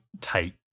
tight